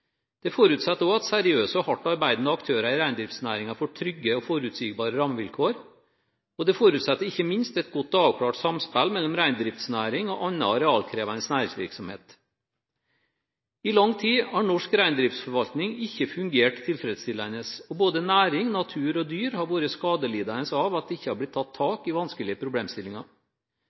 Det forutsetter også at seriøse og hardt arbeidende aktører i reindriftsnæringen får trygge og forutsigbare rammevilkår. Og det forutsetter ikke minst et godt og avklart samspill mellom reindriftsnæring og annen arealkrevende næringsvirksomhet. I lang tid har norsk reindriftsforvaltning ikke fungert tilfredsstillende, og både næring, natur og dyr har vært skadelidende av at det ikke har blitt tatt tak i vanskelige problemstillinger.